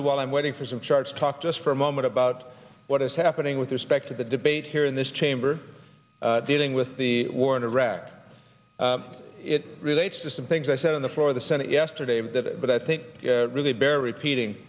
to while i'm waiting for some charts talk just for a moment about what is happening with respect to the debate here in this chamber dealing with the war in iraq it relates to some things i said on the floor of the senate yesterday but i think really bear repeating